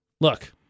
Look